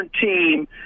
team